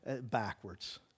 backwards